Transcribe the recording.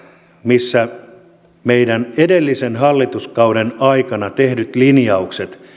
missä meillä on edellisen hallituskauden aikana tehdyt linjaukset